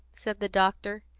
said the doctor,